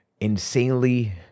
insanely